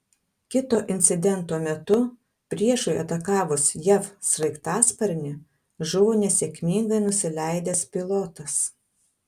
kito incidento metu priešui atakavus jav sraigtasparnį žuvo nesėkmingai nusileidęs pilotas